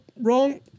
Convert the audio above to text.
wrong